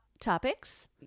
topics